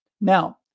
Now